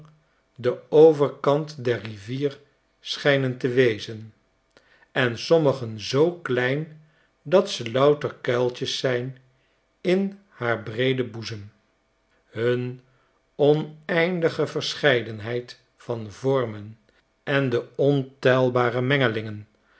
den overkantder rivier schijnen te wezen en sommigen zoo klein dat ze louter kuiltjes zijn in haar breeden boezem hun oneindige verscheidenheid van vormen en de ontelbare mengelingen